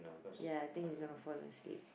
ya I think you're gonna fall asleep